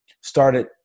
started